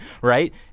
Right